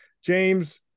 James